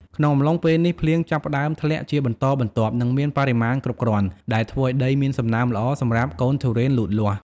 ក្នុងអំឡុងពេលនេះ ភ្លៀងចាប់ផ្តើមធ្លាក់ជាបន្តបន្ទាប់ និងមានបរិមាណគ្រប់គ្រាន់ ដែលធ្វើឱ្យដីមានសំណើមល្អសម្រាប់កូនទុរេនលូតលាស់។